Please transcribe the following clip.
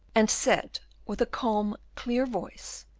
and said, with a calm clear voice,